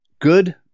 good